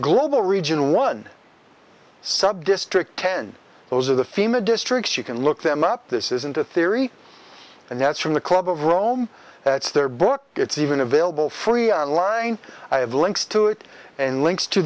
global region one subdistrict ten those are the fema districts you can look them up this isn't a theory and that's from the club of rome that's their book it's even available free on line i have links to it and links to